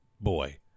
boy